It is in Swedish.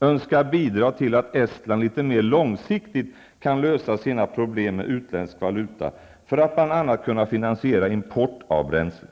önskar bidra till att Estland litet mer långsiktigt kan lösa sina problem med utländsk valuta för att bl.a. kunna finansiera import av bränsle.